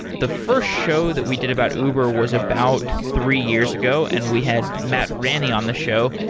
the first show that we did about uber was about three years ago and we had matt ranney on the show.